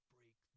Break